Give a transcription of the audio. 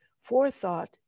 forethought